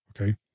okay